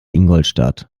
ingolstadt